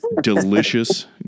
Delicious